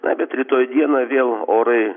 na bet rytoj dieną vėl orai